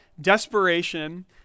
desperation